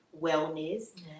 wellness